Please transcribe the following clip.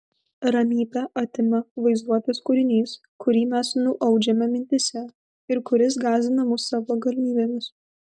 ramybę atima vaizduotės kūrinys kurį mes nuaudžiame mintyse ir kuris gąsdina mus savo galimybėmis